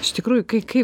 iš tikrųjų kai kai